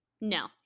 No